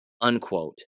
Unquote